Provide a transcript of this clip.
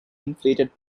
inflated